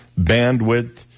Bandwidth